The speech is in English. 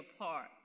apart